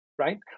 Right